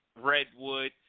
Redwood